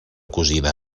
cosina